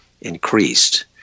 increased